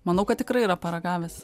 manau kad tikrai yra paragavęs